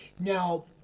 Now